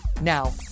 now